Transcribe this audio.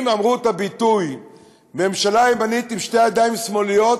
אם אמרו את הביטוי "ממשלה ימנית עם שתי ידיים שמאליות",